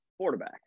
quarterback